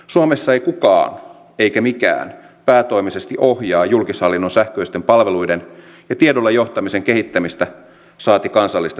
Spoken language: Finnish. suomessa ei kukaan eikä mikään päätoimisesti ohjaa julkishallinnon sähköisten palveluiden ja tiedolla johtamisen kehittämistä saati kansallista tietoyhteiskuntakehitystä